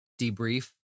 debrief